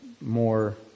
more